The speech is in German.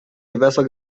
gewässer